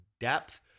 depth